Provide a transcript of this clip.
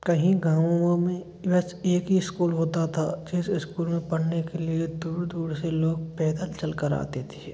कहीं गाँवों में बस एक ही इस्कूल होता था जिस इस्कूल में पढ़ने के लिए दूर दूर से लोग पैदल चल कर आते थे